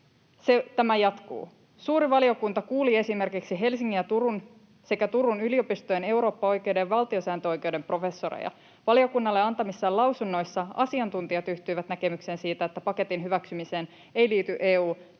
Tämä jatkuu: ”Suuri valiokunta kuuli esimerkiksi Helsingin ja Turun yliopistojen eurooppaoikeuden ja valtiosääntöoikeuden professoreja. Valiokunnalle antamissaan lausunnoissa asiantuntijat yhtyivät näkemykseen siitä, että paketin hyväksymiseen ei liity EU-